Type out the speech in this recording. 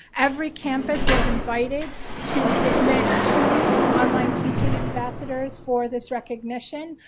every campus was invited to submit two online teaching ambassadors for this recognition.